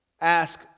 Ask